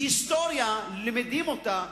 היסטוריה, למדים אותה